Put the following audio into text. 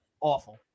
awful